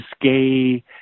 gay